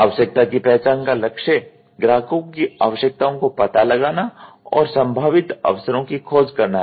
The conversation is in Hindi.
आवश्यकता की पहचान का लक्ष्य ग्राहकों की आवश्यकताओं का पता लगाना और संभावित अवसरों की खोज करना है